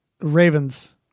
Ravens